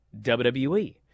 WWE